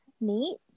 Neat